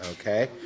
okay